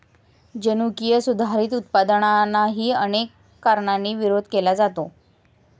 जनुकीय सुधारित उत्पादनांनाही अनेक कारणांनी विरोध केला जातो